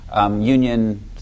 union